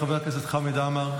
נוכחת, חבר הכנסת חמד עמאר,